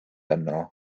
yno